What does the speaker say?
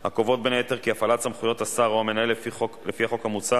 כבודו מונה על-ידי ועדת הכלכלה